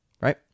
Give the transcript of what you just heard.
right